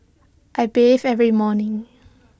I bathe every morning